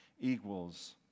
equals